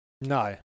No